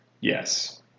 Yes